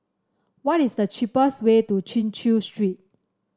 what is the cheapest way to Chin Chew Street